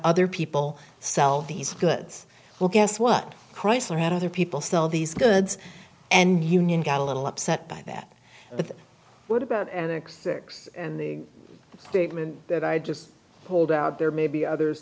other people sell these goods well guess what chrysler had other people sell these goods and union got a little upset by that but what about anorexics statement that i just pulled out there maybe others